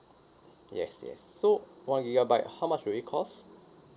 yes yes so one gigabyte how much will it cost